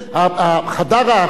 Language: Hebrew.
חדר האחות,